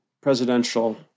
presidential